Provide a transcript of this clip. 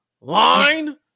Line